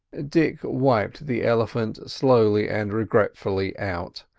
dick wiped the elephant slowly and regretfully out,